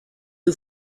who